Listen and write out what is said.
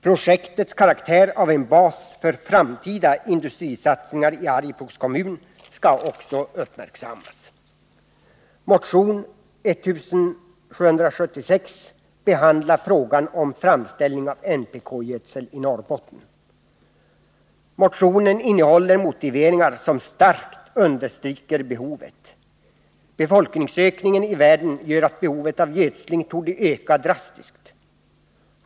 Projektets karaktär av en bas för framtida industrisatsningar i Arjeplogs kommun skall också uppmärksammas. Motion 1776 behandlar frågan om framställning av NPK-gödsel i Norrbotten. Motionen innehåller motiveringar som starkt understryker behovet. Befolkningsökningen i världen torde medföra att behovet av gödsling ökar drastiskt.